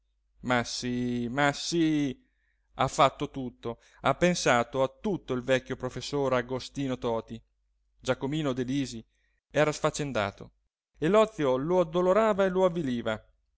ma sì ma sì ha fatto tutto ha pensato a tutto il vecchio professore agostino toti giacomino delisi era sfaccendato e l'ozio lo addolorava e lo avviliva